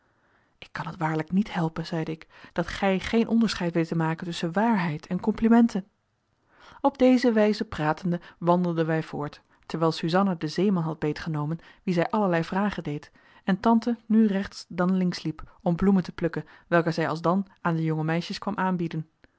ik kan het waarlijk niet helpen zeide ik dat gij geen onderscheid weet te maken tusschen waarheid en complimenten op deze wijze pratende wandelden wij voort terwijl suzanna den zeeman had beetgenomen wien zij allerlei vragen deed en tante nu rechts dan links liep om bloemen te plukken welke zij alsdan aan de jonge meisjes kwam aanbieden